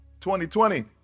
2020